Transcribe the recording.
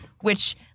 which-